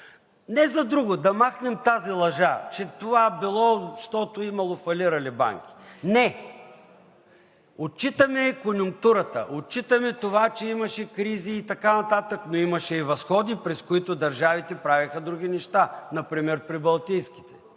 Не за друго, а да махнем тази лъжа, че това било, защото имало фалирали банки. Не. Отчитаме конюнктурата, отчитаме това, че имаше кризи и така нататък, но имаше и възходи, през които държавите правеха други неща – например прибалтийските,